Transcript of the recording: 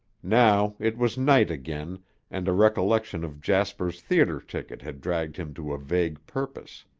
now it was night again and a recollection of jasper's theater ticket had dragged him to a vague purpose.